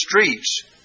streets